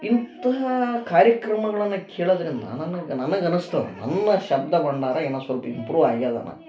ಇಂತಹ ಕಾರ್ಯಕ್ರಮಗಳನ್ನು ಕೇಳೋದರಿಂದ ನನಗೆ ನನಗೆ ಅನಿಸ್ತದ ನನ್ನ ಶಬ್ದ ಭಂಡಾರ ಏನೋ ಸಲ್ಪ ಇಂಪ್ರೂವ್ ಆಗ್ಯಾದನೋ